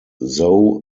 zoe